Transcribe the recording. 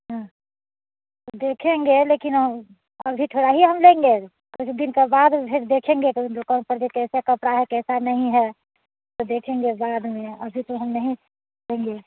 हाँ देखेंगे लेकिन अभी थोड़ा ही हम लेंगे कुछ दिन के बाद फिर देखेंगे कौन दुकान पर कैसा कपड़ा है कैसा नहीं है तो देखेंगे बाद में अभी तो हम नहीं लेंगे